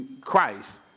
Christ